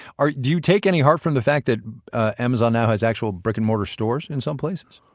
ah do you take any heart from the fact that amazon now has actual brick-and-mortar stores in some places?